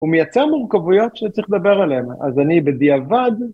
הוא מייצר מורכבויות שצריך לדבר עליהן אז אני בדיעבד